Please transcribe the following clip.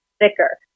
thicker